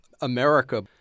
America